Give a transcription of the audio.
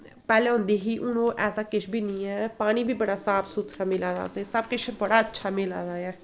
पैह्लें होंदी ही हून ओह् ऐसा किश बी निं ऐ पानी बी बड़ा साफ सुथरा मिला दा असें सब किश बड़ा अच्छा मिला दा ऐ